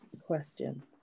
question